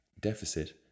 deficit